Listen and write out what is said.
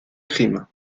crime